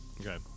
Okay